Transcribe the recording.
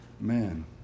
Man